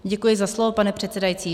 Děkuji za slovo, pane předsedající.